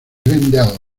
glendale